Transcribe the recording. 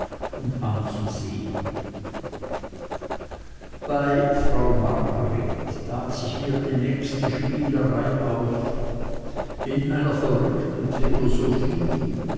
und anzusehen bei frau margret tat sich mir die nächste spielerei auf in einer verrückten